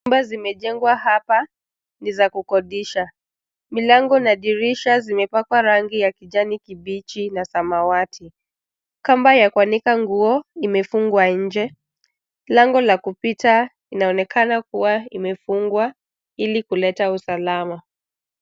Nyumba zimejengwa hapa ni za kukodisha, Milango na dirisha zimepakwa rangi ya kijani kibichi na samawati. Kamba ya kuanika nguo imefungwa nje. Lango la kupita inaonekana kuwa imefungwa ili kuleta usalama.